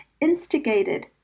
instigated